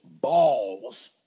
balls